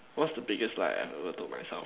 what's the biggest lie I ever told myself